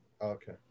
Okay